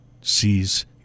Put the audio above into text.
sees